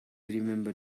remember